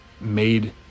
made